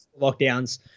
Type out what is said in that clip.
lockdowns